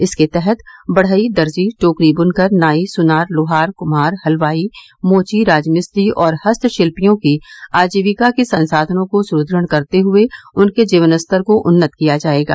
इसके तहत बढ़ई दर्जी टोकरी बुनकर नाई सुनार लोहार कुम्हार हलवाई मोची राजमिस्त्री और हस्तशिल्पियों के आजीविका के संसाधनों को सुदृढ़ करते हुए उनके जीवन स्तर को उन्नत किया जायेगा